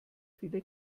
viele